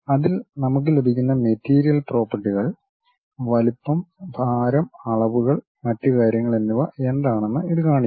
അതിൽ നമുക്ക് ലഭിക്കുന്ന മെറ്റീരിയൽ പ്രോപ്പർട്ടികൾ വലുപ്പം ഭാരം അളവുകൾ മറ്റ് കാര്യങ്ങൾ എന്നിവ എന്താണെന്ന് ഇത് കാണിക്കുന്നു